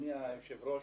אדוני היושב-ראש.